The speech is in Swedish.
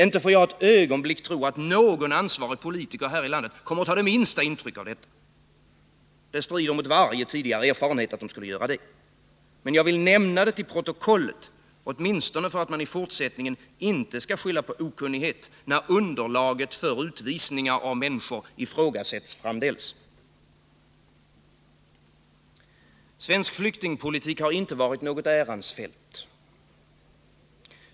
Inte för att jag ett ögonblick tror att någon ansvarig politiker här i landet kommer att ta det minsta intryck av detta — det strider mot varje tidigare erfarenhet att man skulle göra det —, men jag vill nämna det till protokollet för att man i fortsättningen åtminstone inte skall skylla på okunnighet, när underlaget för utvisningar av människor ifrågasätts framdeles. Svensk flyktingpolitik har inte varit något ärans fält.